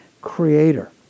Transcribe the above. creator